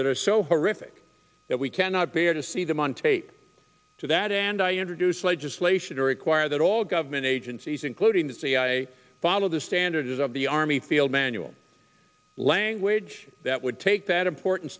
that are so horrific that we cannot bear to see them on tape to that end i introduce legislation to require that all government agencies including the cia follow the standards of the army field manual language that would take that importan